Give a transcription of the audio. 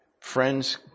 friends